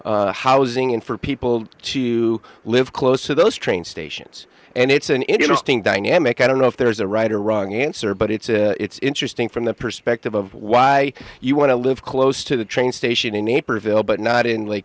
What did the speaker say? housing and for people to live close to those train stations and it's an interesting dynamic i don't know if there's a right or wrong answer but it's it's interesting from the perspective of why you want to live close to the train station in naperville but not in lake